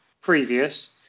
previous